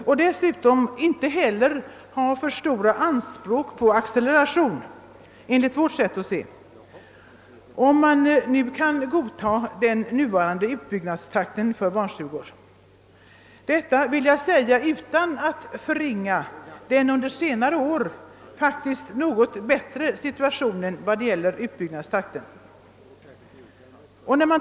Och den som godtar den nuvarande utbyggnadstakten för barnstugor kan inte ha särskilt stora anspråk på acceleration. Detta vill jag säga utan att förringa betydelsen av den under senare år faktiskt något ökade utbyggnadstakten.